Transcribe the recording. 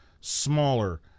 Smaller